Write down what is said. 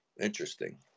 Interesting